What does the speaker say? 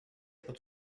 pot